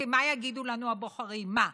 כי מה יגידו לנו הבוחרים: מה,